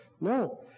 No